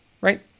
right